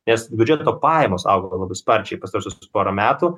nes biudžeto pajamos augo labai sparčiai pastaruosius tuos porą metų